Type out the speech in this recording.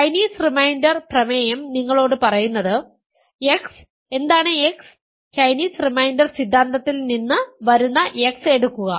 Chinese remainder പ്രമേയം നിങ്ങളോട് പറയുന്നത് x എന്താണ് x ചൈനീസ് റിമൈൻഡർ സിദ്ധാന്തത്തിൽ നിന്ന് വരുന്ന x എടുക്കുക